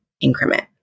increment